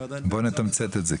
בוא נתמצת את זה,